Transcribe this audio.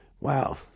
Wow